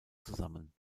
zusammen